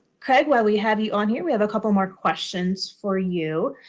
craig, while we have you on here, we have a couple more questions for you.